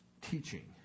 teaching